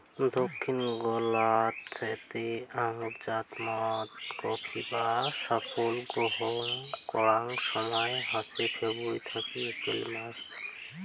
দক্ষিন গোলার্ধ তে আঙুরজাত মদের খরিফ বা ফসল সংগ্রহ করার সময় হসে ফেব্রুয়ারী থাকি এপ্রিল মাস